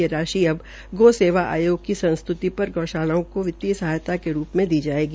ये राशि अब गोसवा आयोग की संस्तृति पर गऊशालाओं के वितीय सहायात रूप में दी जायेगी